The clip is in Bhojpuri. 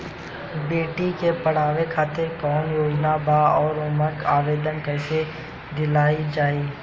बेटी के पढ़ावें खातिर कौन योजना बा और ओ मे आवेदन कैसे दिहल जायी?